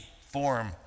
form